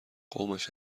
قومش